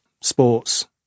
sports